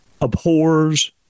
abhors